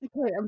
Okay